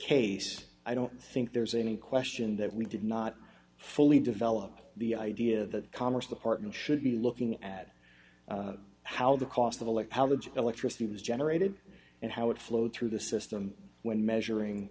case i don't think there's any question that we did not fully develop the idea the commerce department should be looking at how the cost of aleck how the electricity was generated and how it flowed through the system when measuring